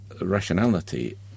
rationality